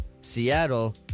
Seattle—